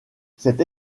cette